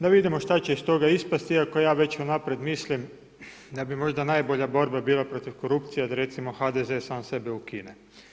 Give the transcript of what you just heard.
Da vidimo šta će iz toga ispasti iako ja već unaprijed mislim da bi možda najbolja borba bila protiv korupcije da recimo HDZ sam sebe ukine.